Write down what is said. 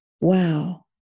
wow